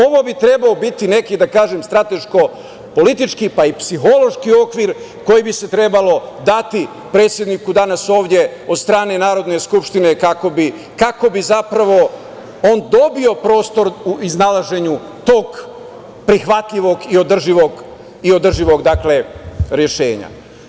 Ovo bi trebalo biti neki strateško-politički pa i psihološki okvir koji bi se trebalo dati predsedniku danas ovde od strane Narodne skupštine, kako bi zapravo on dobio prostor u iznalaženju tog prihvatljivog i održivog rešenja.